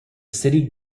city